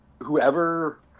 whoever